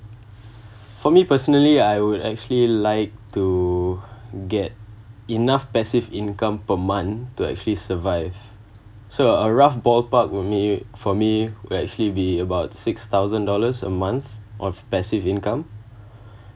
for me personally I would actually like to get enough passive income per month to actually survive so a rough ballpark for me for me where actually be about six thousand dollars a month of passive income